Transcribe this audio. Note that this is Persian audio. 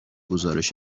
گزارش